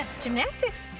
Gymnastics